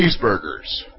cheeseburgers